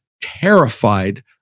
terrified